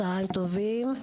צוהריים טובים.